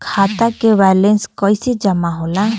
खाता के वैंलेस कइसे जमा होला?